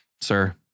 sir